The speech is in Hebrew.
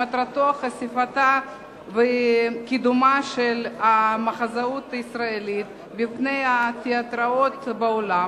שמטרתו חשיפתה וקידומה של המחזאות הישראלית בפני תיאטראות בעולם,